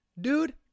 Dude